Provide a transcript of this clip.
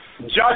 Judge